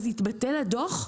אז יתבטל הדוח?